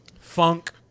funk